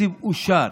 תקציב אושר.